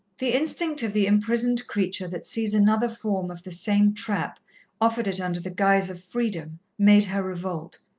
the instinct of the imprisoned creature that sees another form of the same trap offered it under the guise of freedom, made her revolt.